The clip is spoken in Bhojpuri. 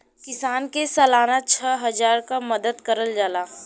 किसान के सालाना छः हजार क मदद करल जाला